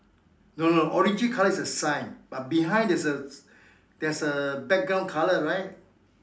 no no orangey colour is the sign but behind there's a there's a background colour right